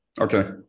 Okay